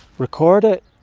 record it,